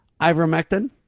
Ivermectin